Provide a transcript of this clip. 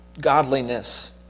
godliness